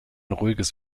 ruhiges